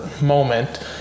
moment